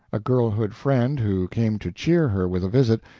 a girlhood friend, who came to cheer her with a visit,